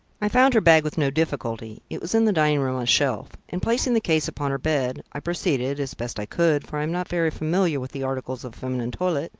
i found her bag with no difficulty it was in the dining-room on a shelf, and placing the case upon her bed, i proceeded, as best i could, for i am not very familiar with the articles of feminine toilette,